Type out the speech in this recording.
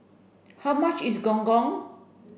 how much is Gong Gong